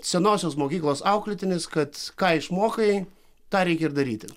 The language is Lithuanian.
senosios mokyklos auklėtinis kad ką išmokai tą reikia ir daryti